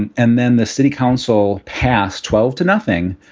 and and then the city council passed twelve to nothing.